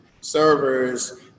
servers